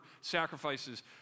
sacrifices